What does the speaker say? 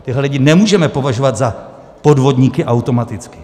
Tyhle lidi nemůžeme považovat za podvodníky automaticky.